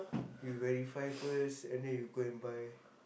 you verify first and then you go and buy